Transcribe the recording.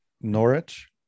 Norwich